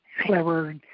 clever